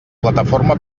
plataforma